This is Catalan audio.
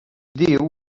diu